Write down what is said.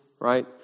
right